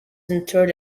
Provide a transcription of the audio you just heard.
interred